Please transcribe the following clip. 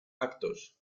actos